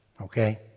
Okay